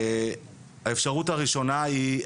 האפשרות הראשונה היא,